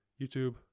YouTube